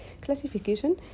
Classification